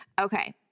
Okay